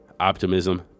optimism